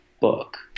book